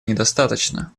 недостаточно